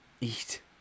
Eat